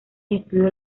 estudios